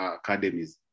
academies